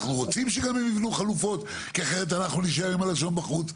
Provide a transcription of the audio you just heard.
אנחנו רוצים שהם גם יבנו את החלופות כי אחרת אנחנו נישאר עם הלשון בחוץ.